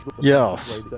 Yes